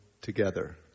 together